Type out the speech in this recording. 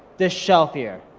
this shelf here,